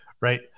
Right